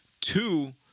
two